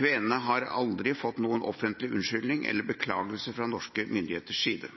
Kvenene har aldri fått noen offentlig unnskyldning eller beklagelse fra norske myndigheters side.